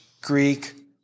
Greek